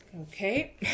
Okay